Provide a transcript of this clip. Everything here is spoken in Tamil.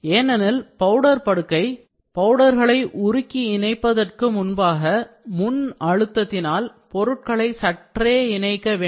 ஏனெனில் பவுடர் படுக்கை பவுடர்களை உருக்கி இணைப்பதற்கு முன்பாக முன் அழுத்தத்தினால் பொருட்களை சற்றே இணைக்க வேண்டும்